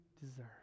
deserve